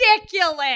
ridiculous